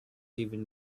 even